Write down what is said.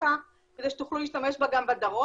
אותה כדי שתוכלו להשתמש בה גם בדרום.